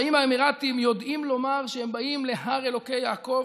האם האמירתים יודעים לומר שהם באים להר אלוקי יעקב?